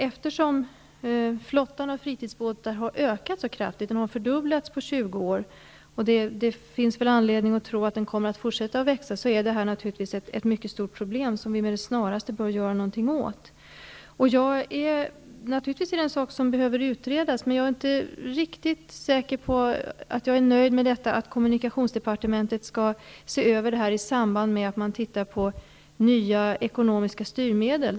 Eftersom flottan av fritidsbåtar har ökat så kraftigt är detta ett stort problem, som vi med det snaraste bör göra någonting åt. Antalet fritidsbåtar har fördubblats på 20 år, och det finns anledning att tro att det kommer att fortsätta växa. Naturligtvis är detta något som behöver utredas. Men jag är inte riktigt säker på att jag är nöjd med att kommunikationsdepartementet skall se över detta i samband med att man tittar på nya ekonomiska styrmedel.